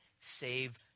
save